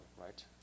right